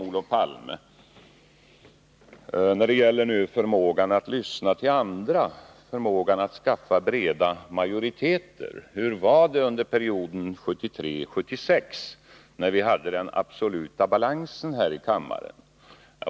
Olof Palme talade om förmågan att lyssna till andra och förmågan att skaffa breda majoriteter. Hur var det under perioden 1973-1976, när vi hade den absoluta balansen här i kammaren?